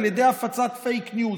על ידי הפצת פייק ניוז.